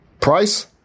Price